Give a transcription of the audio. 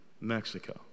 Mexico